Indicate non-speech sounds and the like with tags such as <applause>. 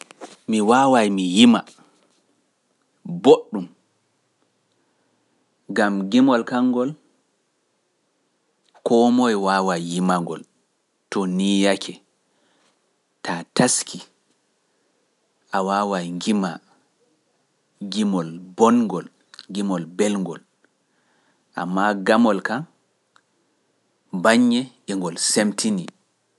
Mi waawaay mi yima boɗɗum, gam gimol kan ngol koo moye waawaay yima ngol to nii yake, taa taski a waawaay gima, gimol bonngol, gimol belngol, ammaa gamol kan baññe e ngol semtini. <unintelligible>